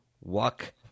walk